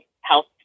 health